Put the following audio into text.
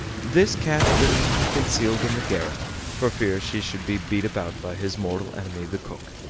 this cat whittington concealed in the garret, for fear she should be beat about by his mortal enemy the cook,